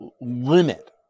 limit